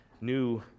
new